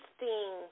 interesting